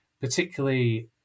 particularly